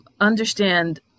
understand